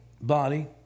body